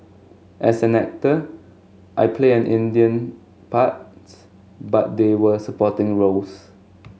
as an actor I played an Indian parts but they were supporting roles